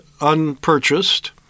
unpurchased